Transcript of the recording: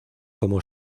como